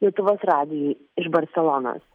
lietuvos radijui iš barselonos